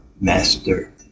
Master